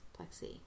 plexi